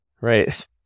Right